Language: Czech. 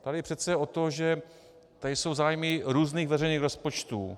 Tady jde přece o to, že tady jsou zájmy různých veřejných rozpočtů.